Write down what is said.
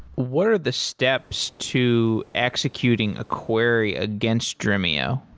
what are the steps to executing a query against dremio?